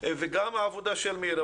אנחנו גם מעריכים את העבודה של מירי.